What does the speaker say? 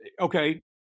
okay